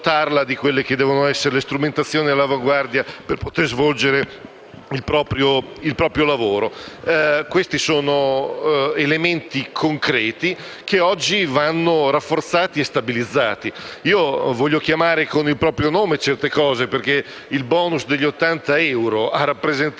Grazie a tutti.